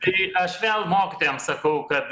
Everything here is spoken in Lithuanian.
tai aš vėl mokytojam sakau kad